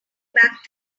back